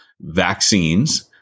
vaccines